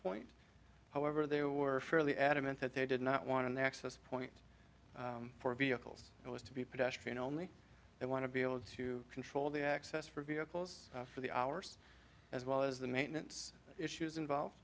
point however they were fairly adamant that they did not want an access point for vehicles it was to be pedestrian only they want to be able to control the access for vehicles for the hours as well as the maintenance issues involved